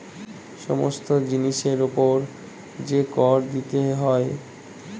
সমস্ত জিনিসের উপর যে কর দিতে হয় তাকে জি.এস.টি বা গুডস্ অ্যান্ড সার্ভিসেস ট্যাক্স বলা হয়